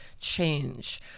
change